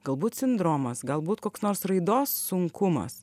galbūt sindromas galbūt koks nors raidos sunkumas